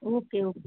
okay okay